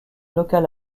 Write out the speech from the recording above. locale